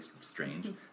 strange